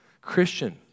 Christian